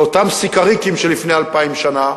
והרי אותם סיקריקים מלפני אלפיים שנה,